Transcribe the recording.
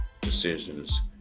decisions